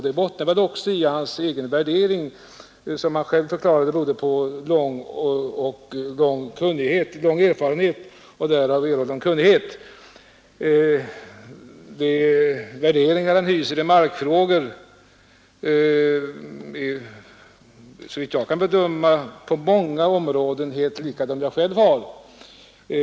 Det bottnar också i hans egna värderingar, som han själv förklarar beror på lång erfarenhet och därav vunnen kunnighet. De värderingar han hyser i markfrågor är såvitt jag kan bedöma på många områden helt lika dem jag själv har.